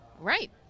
right